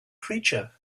creature